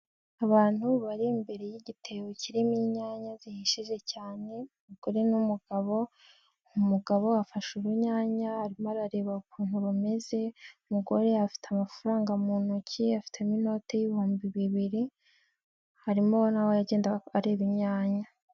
Abantu bari imbere y'igitebo kirimo inyanya zihishije cyane; umugore n'umugabo. Umugabo afashe urunyanya arimo arareba ukuntu rumeze. Umugore afite amafaranga mu ntoki, afitemo inote y' ibihumbi bibiri arimo na we agenda areba inyanya.